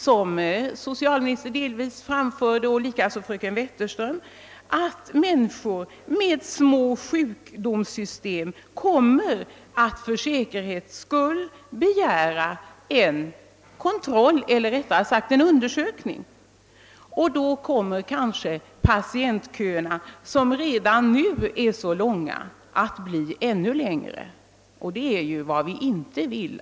Som socialministern och även fröken Wetterström nämnde är det inte underligt om människor med sjukdomssymptom för säkerhets skull kommer att begära kontroll eller undersökning, och då kommer måhända patientköerna, som redan nu är långa, att bli ännu längre. Det vill vi inte medverka till.